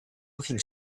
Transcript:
looking